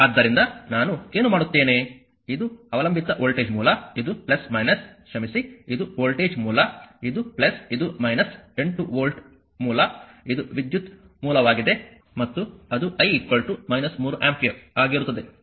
ಆದ್ದರಿಂದ ನಾನು ಏನು ಮಾಡುತ್ತೇನೆ ಇದು ಅವಲಂಬಿತ ವೋಲ್ಟೇಜ್ ಮೂಲ ಇದು ಕ್ಷಮಿಸಿಇದು ವೋಲ್ಟೇಜ್ ಮೂಲಇದು ಇದು 8 ವೋಲ್ಟ್ ಮೂಲಇದು ವಿದ್ಯುತ್ ಮೂಲವಾಗಿದೆ ಮತ್ತು ಅದು I 3 ಆಂಪಿಯರ್ ಆಗಿರುತ್ತದೆ